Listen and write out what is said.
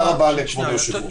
תודה רבה לכבוד היושב-ראש.